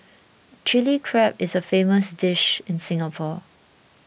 Chilli Crab is a famous dish in Singapore